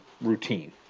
routine